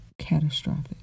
catastrophic